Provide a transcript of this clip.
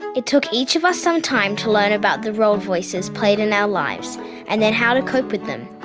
it took each of us some time to learn about the role voices played in our lives and then how to cope with them.